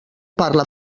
parla